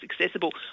accessible